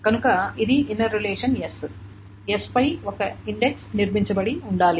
కనుక ఇది inner relation s s పై ఒక ఇండెక్స్ నిర్మించబడి ఉండాలి